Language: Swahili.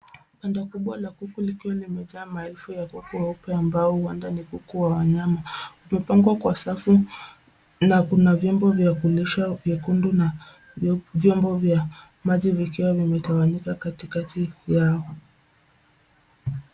Banda kubwa la kuku likiwa limejaa maelfu ya kuku weupe ambao huenda ni kuku wa nyama. Wamepangwa kwa safu na kuna vyombo vya kulisha vyekundu na vyombo vya maji vikiwa vimetawanyika katikati yao.